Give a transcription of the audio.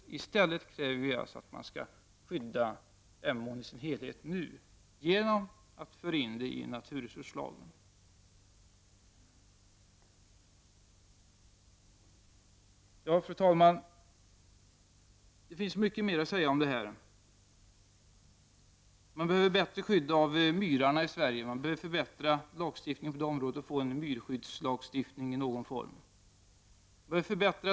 Vi kräver alltså i stället att Emån i sin helhet skall skyddas nu genom att detta förs in i naturresurslagen. Fru talman! Det finns mycket mer att säga om det här. Det behövs ett bättre skydd av myrarna i Sverige — en myrskyddslagstiftning i någon form.